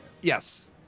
Yes